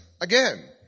again